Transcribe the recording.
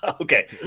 Okay